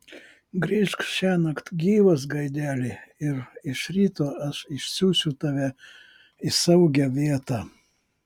grįžk šiąnakt gyvas gaideli ir iš ryto aš išsiųsiu tave į saugią vietą